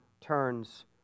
turns